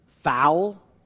foul